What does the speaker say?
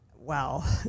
Wow